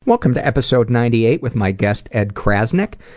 welcome to episode ninety eight with my guest ed crasnick.